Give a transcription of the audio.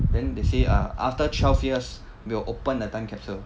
then they say ah after twelve years will open the time capsule